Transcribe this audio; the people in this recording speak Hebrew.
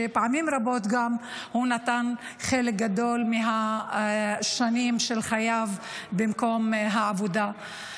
כשפעמים רבות נתן חלק גדול מהשנים של חייו למקום העבודה.